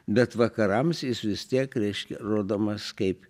bet vakarams jis vis tiek reiškia rodomas kaip